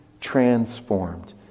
transformed